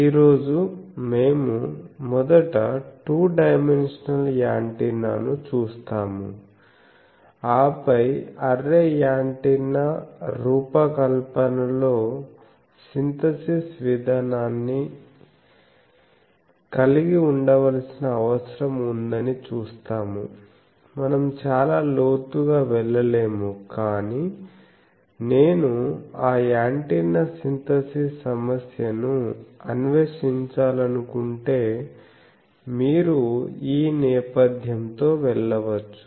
ఈ రోజు మేము మొదట టూ డైమెన్షనల్ యాంటెన్నాను చూస్తాము ఆపై అర్రే యాంటెన్నా రూపకల్పనలో సింథసిస్ విధానాన్ని కలిగి ఉండవలసిన అవసరం ఉందని చూస్తాము మనం చాలా లోతుగా వెళ్ళలేము కానీ నేను ఆ యాంటెన్నా సింథసిస్ సమస్యను అన్వేషించాలనుకుంటే మీరు ఈ నేపథ్యంతో వెళ్ళవచ్చు